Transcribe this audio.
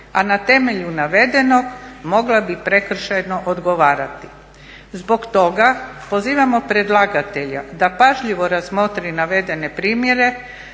a na temelju navedenog mogla bi prekršajno odgovarati. Zbog toga pozivamo predlagatelja da pažljivo razmotri navedene primjere,